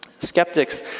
Skeptics